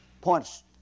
points